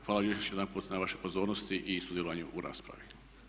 Hvala još jedanput na vašoj pozornosti i sudjelovanju u raspravi.